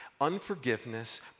unforgiveness